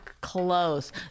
close